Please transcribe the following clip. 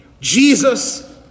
Jesus